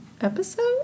episode